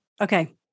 Okay